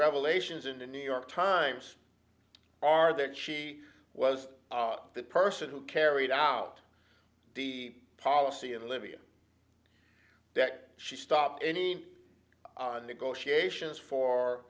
revelations in the new york times are that she was the person who carried out the policy in libya that she stopped any negotiations for